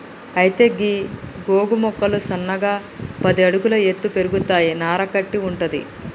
అయితే గీ గోగు మొక్కలు సన్నగా పది అడుగుల ఎత్తు పెరుగుతాయి నార కట్టి వుంటది